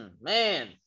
man